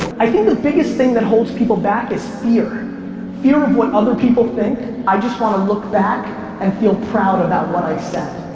i think the biggest thing that holds people back is fear. fear of what other people think. i just want to look back and feel proud about what i said.